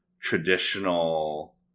traditional